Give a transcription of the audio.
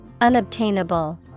Unobtainable